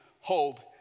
hold